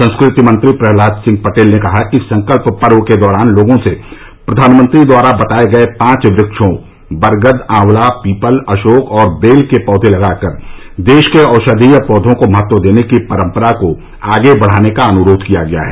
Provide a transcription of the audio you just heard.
संस्कृति मंत्री प्रहलाद सिंह पटेल ने कहा कि संकल्प पर्व के दौरान लोंगों से प्रधानमंत्री द्वारा बताए गए पांच वक्षों बरगद आंवला पीपल अशोक और बेल के पौघे लगाकर देश के औषधीय पौघों को महत्व देने की परम्परा को आगे बढ़ाने का अनुरोघ किया गया है